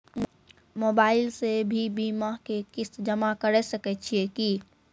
Mobile से भी बीमा के किस्त जमा करै सकैय छियै कि?